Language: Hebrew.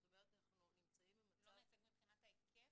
זאת אומרת אנחנו נמצאים במצב --- לא מייצג מבחינת ההיקף?